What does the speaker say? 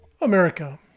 America